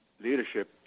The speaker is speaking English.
leadership